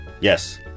Yes